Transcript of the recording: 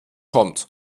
kommt